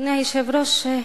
אדוני היושב-ראש,